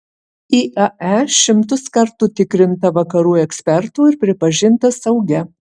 iae šimtus kartų tikrinta vakarų ekspertų ir pripažinta saugia